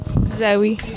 Zoe